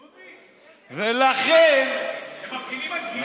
דודי, הם מפגינים על גיור עכשיו?